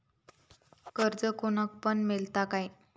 कर्ज कोणाक पण मेलता काय?